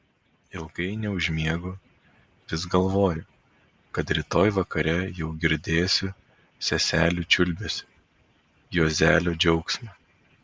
ilgai neužmiegu vis galvoju kad rytoj vakare jau girdėsiu seselių čiulbesį juozelio džiaugsmą